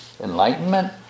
enlightenment